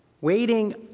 waiting